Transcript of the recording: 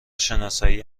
شناسایی